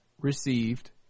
received